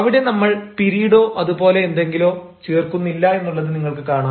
അവിടെ നമ്മൾ പിരീഡോ അതുപോലെ എന്തെങ്കിലോ ചേർക്കുന്നില്ല എന്നുള്ളത് നിങ്ങൾക്ക് കാണാം